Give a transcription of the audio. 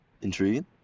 Intriguing